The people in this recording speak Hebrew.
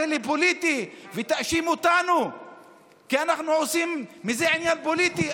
לפוליטי ותאשים אותנו שאנחנו עושים מזה עניין פוליטי,